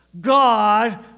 God